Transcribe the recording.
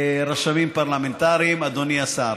רשמים פרלמנטריים, אדוני השר,